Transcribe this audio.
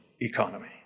economy